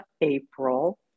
April